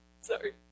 sorry